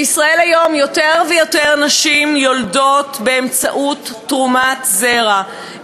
בישראל היום יותר ויותר נשים יולדות באמצעות תרומת זרע,